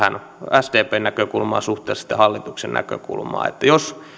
sdpn näkökulmassa suhteessa hallituksen näkökulmaan että jos